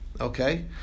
Okay